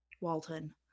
walton